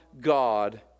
God